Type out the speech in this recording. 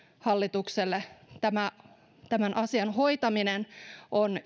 hallitukselle tämän asian hoitaminen on